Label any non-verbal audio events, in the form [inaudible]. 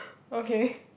okay [breath]